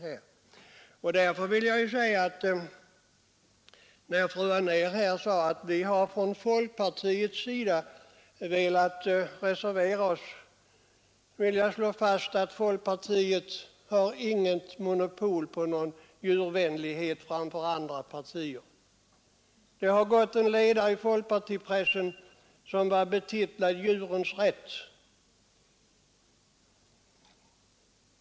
När fru Anér här sade att man från folkpartiets sida har velat reservera sig, vill jag slå fast att folkpartiet inte har monopol på någon djurvänlighet framför andra partier. Det har gått en ledare i folkpartipressen, betitlad ”Djurens rätt”.